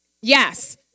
Yes